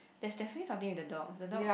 there's definitely something with the dogs the dog